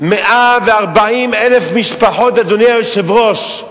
140,000 משפחות, אדוני היושב-ראש,